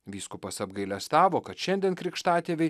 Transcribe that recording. vyskupas apgailestavo kad šiandien krikštatėviai